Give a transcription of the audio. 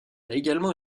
également